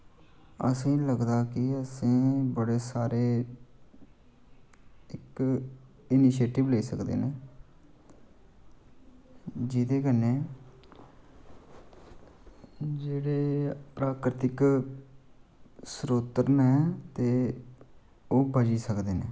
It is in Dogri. असेंगी लगदा की असेंगी बड़े सारे इक इनीशेटिव लेई सकदे न जेह्दे कन्नै जेह्ड़े प्राकृतिक स्रोत न ते ओह् बची सकदे न